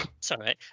Sorry